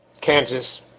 Kansas